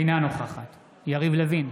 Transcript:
אינה נוכחת יריב לוין,